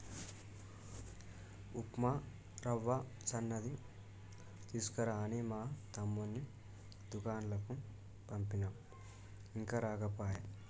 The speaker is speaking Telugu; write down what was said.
ఉప్మా రవ్వ సన్నది తీసుకురా అని మా తమ్ముణ్ణి దూకండ్లకు పంపిన ఇంకా రాకపాయె